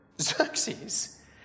Xerxes